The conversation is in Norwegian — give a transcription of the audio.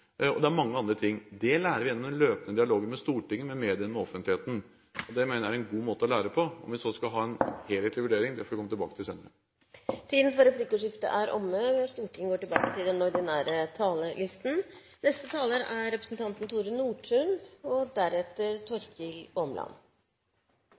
mange andre ting. Det lærer vi gjennom en løpende dialog med Stortinget, med mediene og med offentligheten. Det mener jeg er en god måte å lære på. Om vi så skal ha enhetlig vurdering, får vi komme tilbake til senere. Replikkordskiftet er omme. Jeg vil rette en hjertelig takk til